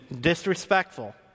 disrespectful